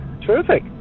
Terrific